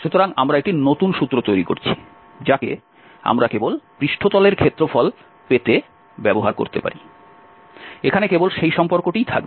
সুতরাং আমরা একটি নতুন সূত্র তৈরি করছি যাকে আমরা কেবল পৃষ্ঠতলের ক্ষেত্রফল পেতে ব্যবহার করতে পারি এখানে কেবল সেই সম্পর্কটিই থাকবে